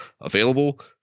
available